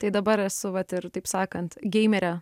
tai dabar esu vat ir taip sakant geimerė